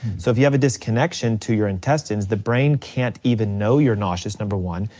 so if you have a disconnection to your intestines, the brain can't even know you're nauseous, number one,